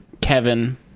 Kevin